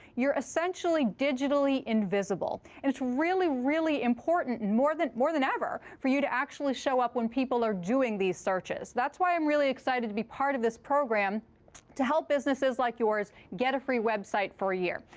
you're essentially digitally invisible. it's really, really important more than more than ever for you to actually show up when people are doing these searches. that's why i'm really excited to be part of this program to help businesses like yours get a free website for a year.